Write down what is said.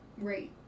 Right